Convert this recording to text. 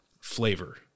flavor